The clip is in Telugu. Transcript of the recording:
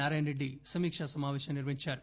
నారాయణ రెడ్డి సమీకా సమాపేశం నిర్వహించారు